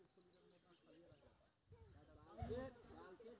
हमरा हमर खाता के कोनो जानकारी कते भेटतै